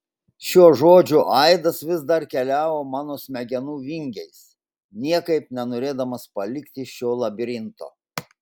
šio žodžio aidas vis dar keliavo mano smegenų vingiais niekaip nenorėdamas palikti šio labirinto